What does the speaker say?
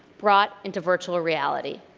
brought into virtual reality.